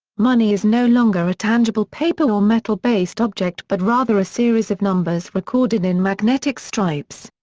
money is no longer a tangible paper or metal-based object but rather a series of numbers recorded in magnetic stripes.